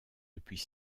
depuis